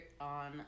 on